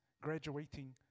graduating